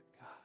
God